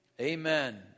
Amen